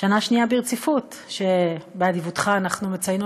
שנה שנייה ברציפות שבאדיבותך אנחנו מציינות